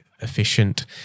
efficient